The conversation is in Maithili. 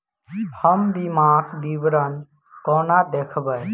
हम बीमाक विवरण कोना देखबै?